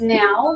now